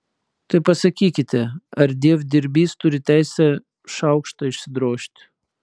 tai pasakykite ar dievdirbys turi teisę šaukštą išsidrožti